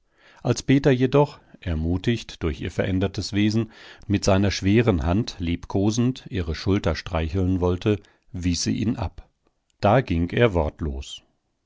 als peter jedoch ermutigt durch ihr verändertes wesen mit seiner schweren hand liebkosend ihre schulter streicheln wollte wies sie ihn ab da ging er wortlos